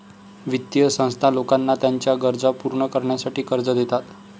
वित्तीय संस्था लोकांना त्यांच्या गरजा पूर्ण करण्यासाठी कर्ज देतात